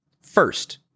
First